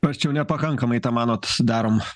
mes čia jau nepakankamai tą manot darom